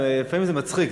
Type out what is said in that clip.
לפעמים זה מצחיק,